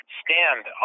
stand